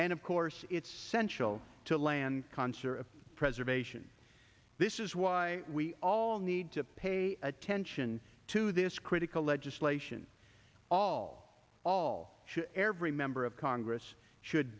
and of course it's sensual to land concer of preservation this is why we all need to pay attention to this critical legislation all all every member of congress should